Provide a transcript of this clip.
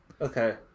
okay